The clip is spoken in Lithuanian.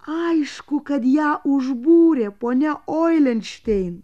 aišku kad ją užbūrė ponia oilenštein